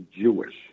Jewish